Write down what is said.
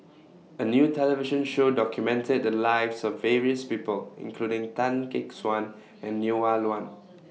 A New television Show documented The Lives of various People including Tan Gek Suan and Neo Wa Luan